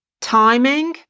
timing